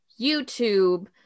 YouTube